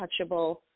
touchable